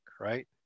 right